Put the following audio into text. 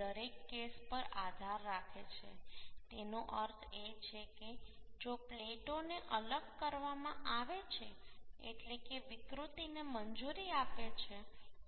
તે દરેક કેસ પર આધાર રાખે છે તેનો અર્થ એ છે કે જો પ્લેટોને અલગ કરવામાં આવે છે એટલે કે વિકૃતિને મંજૂરી આપે છે